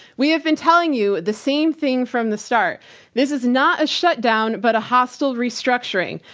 we have been telling you the same thing from the start this is not a shutdown but a hostile restructuring.